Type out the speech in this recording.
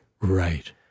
Right